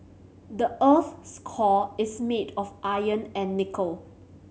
the earth's core is made of iron and nickel